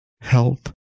health